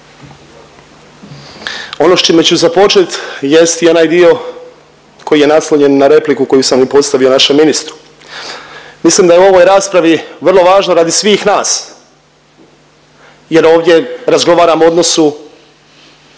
ono s čime ću započet jest i onaj dio koji je naslonjen na repliku koju sam i postavio našem ministru. Mislim da je u ovoj raspravi vrlo važno radi svih nas jer ovdje razgovaramo o odnosu